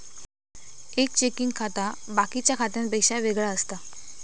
एक चेकिंग खाता बाकिच्या खात्यांपेक्षा वेगळा असता